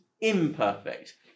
imperfect